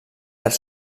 els